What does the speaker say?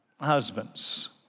husbands